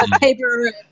paper